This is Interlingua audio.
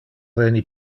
veni